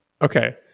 Okay